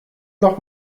doch